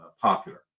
popular